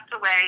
away